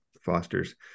fosters